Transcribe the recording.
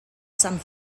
some